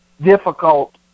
difficult